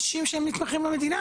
אנשים שנתמכים במדינה.